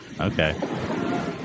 Okay